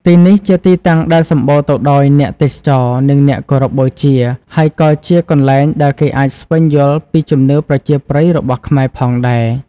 ទីនេះជាទីតាំងដែលសម្បូរទៅដោយអ្នកទេសចរ និងអ្នកគោរពបូជា ហើយក៏ជាកន្លែងដែលគេអាចស្វែងយល់ពីជំនឿប្រជាប្រិយរបស់ខ្មែរផងដែរ។